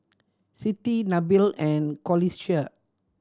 Siti Nabil and Qalisha